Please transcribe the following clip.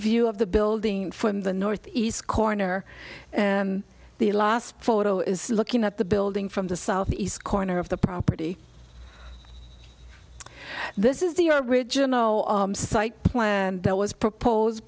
view of the building from the north east corner and the last photo is looking at the building from the southeast corner of the property this is the original site plan that was proposed